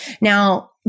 Now